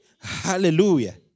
Hallelujah